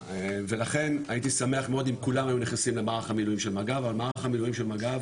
ולכן הייתי שמח מאוד אם כולם היו נכנסים למערך המילואים של מג"ב,